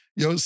yo